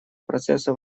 процесса